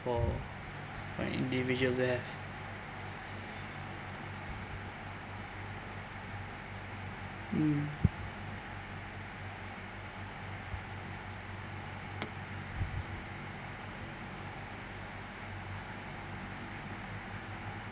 for an individual mm